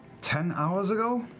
ten hours ago?